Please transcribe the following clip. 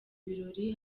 birori